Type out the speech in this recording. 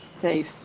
safe